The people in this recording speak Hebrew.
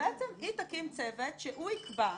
בעצם היא תקים צוות שהוא יקבע,